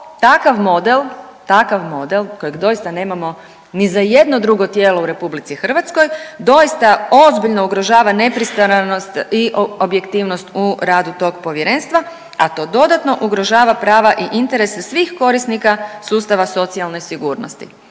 takav model kojeg doista nemamo ni za jedno drugo tijelo u RH doista ozbiljno ugrožava nepristranost i objektivnost u radu tog povjerenstva, a to dodatno ugrožava prava i interese svih korisnika sustava socijalne sigurnosti.